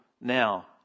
now